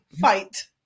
Fight